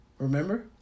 Remember